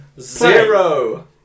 zero